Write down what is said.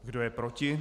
Kdo je proti?